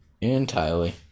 Entirely